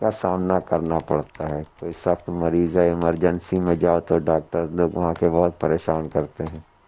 کا سانا کرنا پڑتا ہے کوئی سخت مریض ہے ایمرجنسی میں جاؤ تو ڈاکٹر لوگ وہاں کے بہت پریشان کرتے ہیں